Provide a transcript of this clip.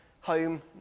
home